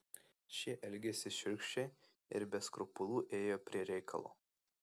šie elgėsi šiurkščiai ir be skrupulų ėjo prie reikalo